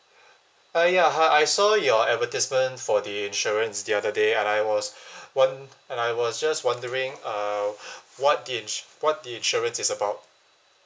ah ya I saw your advertisement for the insurance the other day and I was won~ and I was just wondering uh what the insu~ what the insurance is about